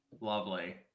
Lovely